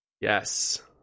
Yes